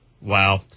wow